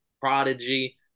prodigy